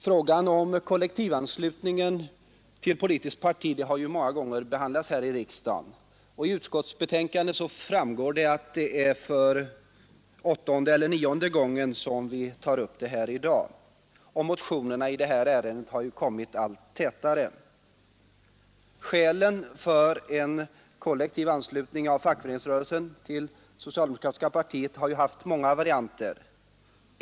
Frågan om kollektivanslutning till politiskt parti har ju många gånger behandlats här i riksdagen. Av utskottsbetänkandet framgår att det i dag är åttonde eller nionde gången som vi tar upp frågan. Motionerna i detta ärende har ju kommit allt tätare. Skälen för en kollektiv anslutning av fackföreningsrörelsen till det socialdemokratiska partiet har ju haft många varianter.